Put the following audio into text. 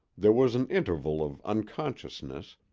there was an interval of unconsciousness,